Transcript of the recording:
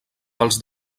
pels